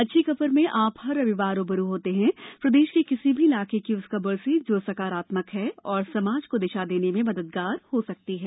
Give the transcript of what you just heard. अच्छी खबर में आप हर रविवार रू ब रू होते हैं प्रदेश के किसी भी इलाके की उस खबर से जो सकारात्मक है और समाज को दिशा देने में मददगार हो सकती है